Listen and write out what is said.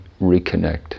reconnect